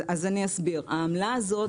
העמלה הזאת,